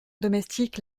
domestique